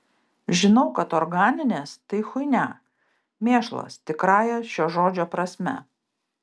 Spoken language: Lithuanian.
žinau kad organinės tai chuinia mėšlas tikrąja šio žodžio prasme